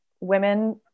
women